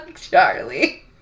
Charlie